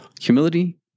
humility